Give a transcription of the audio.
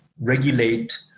regulate